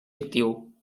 actiu